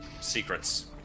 secrets